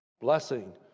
blessing